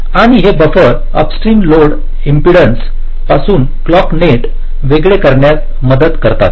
आणि हे buffer upstream load impedance पासून क्लॉक नेट वेगळे करण्यात मदत करतात